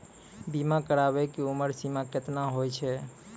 बीमा कराबै के उमर सीमा केतना होय छै?